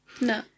No